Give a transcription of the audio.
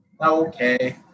Okay